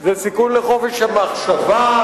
זה סיכון לחופש המחשבה,